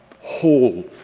whole